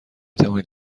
توانید